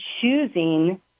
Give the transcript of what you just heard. choosing